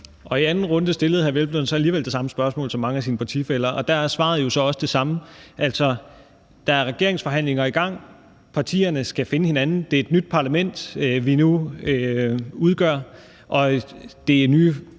I anden runde stillede hr. Peder Hvelplund så alligevel det samme spørgsmål som mange af sine partifæller, og der er svaret jo så også det samme: Der er regeringsforhandlinger i gang; partierne skal finde hinanden; det er et nyt parlament, vi nu udgør; og der er